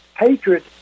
Hatred